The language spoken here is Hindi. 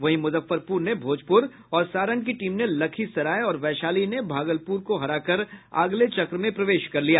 वहीं मुजफ्फरपुर ने भोजपुर और सारण की टीम ने लखीसराय और वैशाली ने भागलपुर को हराकर अगले चक्र में प्रवेश कर लिया